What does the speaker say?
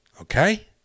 Okay